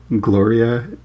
Gloria